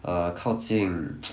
err 靠近